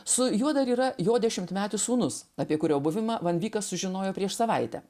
su juo dar yra jo dešimtmetis sūnus apie kurio buvimą van vykas sužinojo prieš savaitę